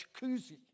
jacuzzi